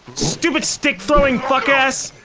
stupid stick throwing fuck ass.